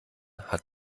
hat